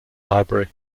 library